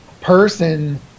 person